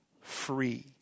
free